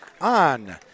on